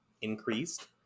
increased